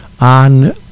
on